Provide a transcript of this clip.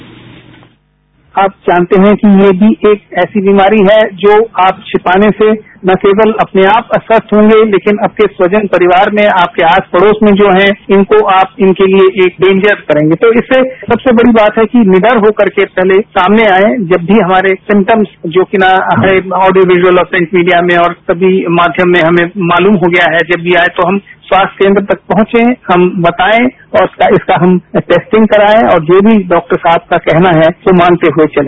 bite आप जानते है कि ये भी एक ऐसी बीमारी है जो आप छिपाने से न केवल अपने आप अस्वस्थ होंगे लेकिन आपके स्वजन परिवार में आपके आस पड़ोस में जो है इनको आप इनके लिए एक डेन्जर्स करेंगे तो इससे सबसे बड़ी बात है कि निडर होकर के सामने आए जब भी हमारे सिमटम्स जो कि ऑडियो विजुअल प्रिंट मीडिया में और सभी माध्यम में हमें मालूम हो गया है कि जब ये आये तो हम स्वास्थ्य केन्द्र तक पहुंचे हम बताए और इसका हम टैस्टिंग कराएं और जो भी डॉक्टर साहब का कहना है वो मानते हुए चले